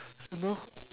I don't know